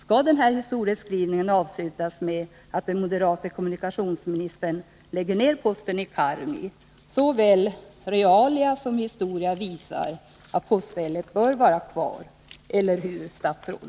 Skall den här historieskrivningen avslutas med att den moderate kommunikationsministern lägger ned posten i Karungi? Såväl realia som historia visar att poststället bör vara kvar. Eller hur, herr statsråd?